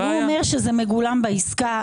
הוא אומר שזה מגולם בעסקה.